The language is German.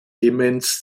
demenz